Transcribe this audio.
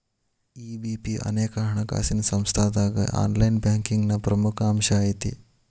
EBP ಅನೇಕ ಹಣಕಾಸಿನ್ ಸಂಸ್ಥಾದಾಗ ಆನ್ಲೈನ್ ಬ್ಯಾಂಕಿಂಗ್ನ ಪ್ರಮುಖ ಅಂಶಾಐತಿ